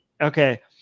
okay